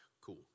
Cool